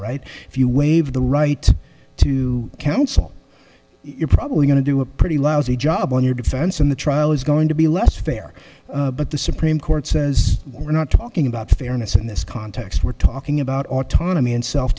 right if you waive the right to counsel you're probably going to do a pretty lousy job on your defense and the trial is going to be less fair but the supreme court says we're not talking about fairness in this context we're talking about autonomy and self